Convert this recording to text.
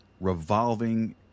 revolving